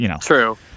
True